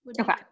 okay